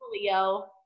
Leo